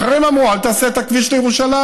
אחרים אמרו: אל תעשה את הכביש לירושלים,